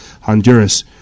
Honduras